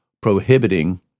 prohibiting